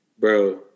bro